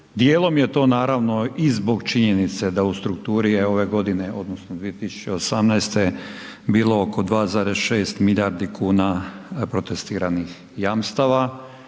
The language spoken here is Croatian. djelom je to naravno i zbog činjenice da u strukturi je ove godine odnosno 2018. bilo oko 2,6 milijardi kuna protestiranih jamstava